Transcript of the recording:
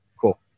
Cool